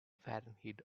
fahrenheit